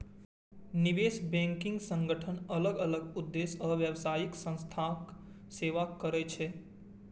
निवेश बैंकिंग संगठन अलग अलग उद्देश्य आ व्यावसायिक संस्थाक सेवा करै छै